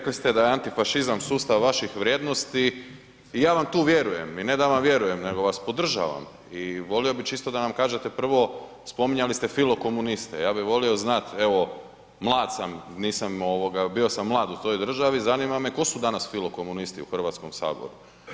Rekli ste da je antifašizam sustav vaših vrijednosti i ja vam tu vjerujem i ne da vam vjerujem nego vas podržavam i volio bi čisto da nam kažete prvo, spominjali ste filokomuniste, ja bi volio znati evo, mlad sam, bio sam mlad u toj državi, zanima me tko su danas filokomunisti u Hrvatskom saboru?